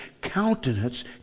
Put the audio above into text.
countenance